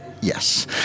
Yes